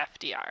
FDR